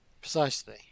Precisely